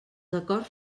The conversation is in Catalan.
acords